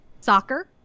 Soccer